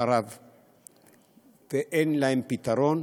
חרב ואין להם פתרון,